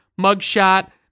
mugshot